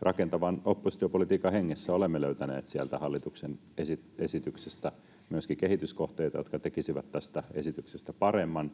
Rakentavan oppositiopolitiikan hengessä olemme löytäneet hallituksen esityksestä myöskin kehityskohteita, jotka tekisivät tästä esityksestä paremman